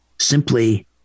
simply